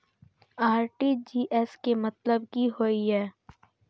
RTGS के मतलब की होय ये?